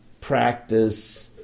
practice